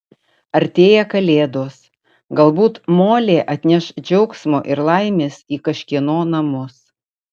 artėja kalėdos galbūt molė atneš džiaugsmo ir laimės į kažkieno namus